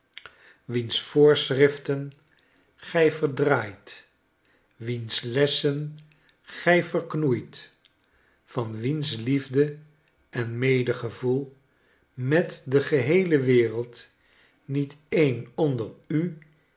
wiens voorboston schriften gij verdraait wiens lessen gy verknoeit van wiens liefde en medegevoel met de geheele wereld niet een onder u